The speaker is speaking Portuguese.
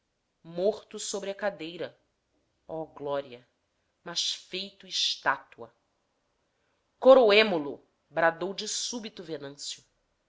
morto sobre a cadeira oh glória mas feito estátua coroemo lo bradou de súbito venâncio